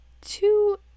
two